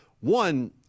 One